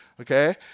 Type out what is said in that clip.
Okay